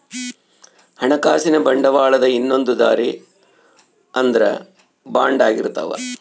ಹಣಕಾಸಿನ ಬಂಡವಾಳದ ಇನ್ನೊಂದ್ ದಾರಿ ಅಂದ್ರ ಬಾಂಡ್ ಆಗಿರ್ತವ